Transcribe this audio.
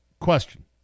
question